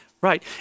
Right